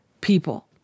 people